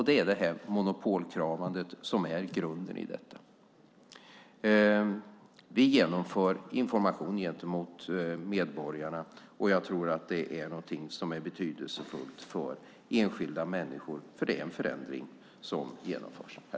Det är monopolkramandet som är grunden i detta. Vi ger information till medborgarna. Jag tror att det är betydelsefullt för enskilda människor när det genomförs en förändring.